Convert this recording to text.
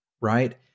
right